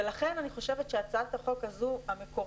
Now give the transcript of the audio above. ולכן אני חושבת שהצעת החוק המקורית,